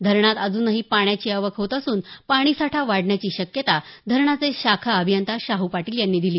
धरणात अज्नही पाण्याची आवक होत असून पाणीसाठा वाढण्याची शक्यता धरणाचे शाखा अभियंता शाहू पाटील यांनी दिली